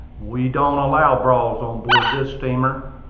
we don't allow brawls on board this steamer.